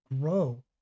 Grow